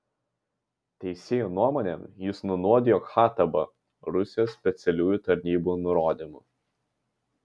teisėjų nuomone jis nunuodijo khattabą rusijos specialiųjų tarnybų nurodymu